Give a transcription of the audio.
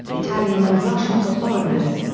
italian and russian for foreigners.